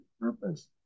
purpose